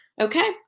okay